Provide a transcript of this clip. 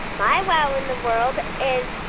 my wow in the world is